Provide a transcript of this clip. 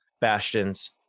bastions